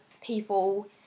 People